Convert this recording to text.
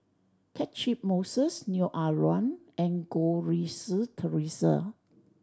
Catchick Moses Neo Ah Luan and Goh Rui Si Theresa